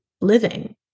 living